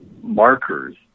markers